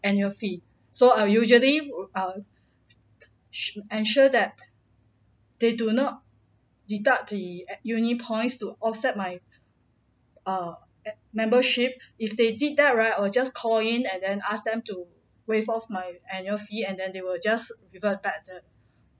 annual fee so I'll usually err sh~ ensure that they do not deduct the uni points to offset my err membership if they did that right I'll just call in and then ask them to waive off my annual fee and then they will just revert back the